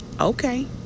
Okay